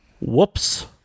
Whoops